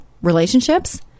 relationships